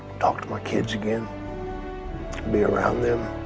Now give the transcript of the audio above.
talk to my kids again be around them